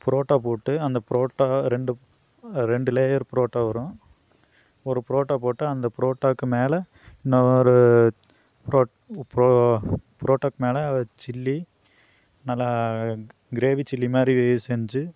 பரோட்டா போட்டு அந்த பரோட்டா ரெண்டு ரெண்டு லேயர் பரோட்டா வரும் ஒரு பரோட்டா போட்டு அந்த பரோட்டாக்கு மேலே இன்னொரு பரோ போ பரோட்டாக்கு மேலே சில்லி நல்லா கிரேவி சில்லிமாதிரி செஞ்சு